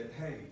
hey